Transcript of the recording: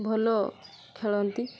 ଭଲ ଖେଳନ୍ତି